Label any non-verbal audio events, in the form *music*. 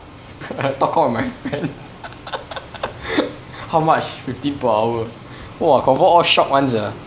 *laughs* talk cock with my friend *laughs* how much fifteen per hour !wah! confirm all shocked [one] sia